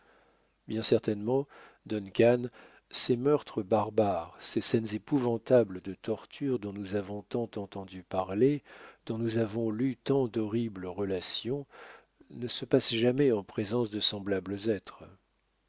bien certainement duncan ces meurtres barbares ces scènes épouvantables de torture dont nous avons tant entendu parler dont nous avons lu tant d'horribles relations ne se passent jamais en présence de semblables êtres